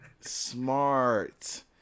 Smart